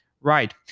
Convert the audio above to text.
Right